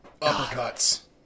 uppercuts